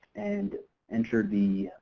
and enter the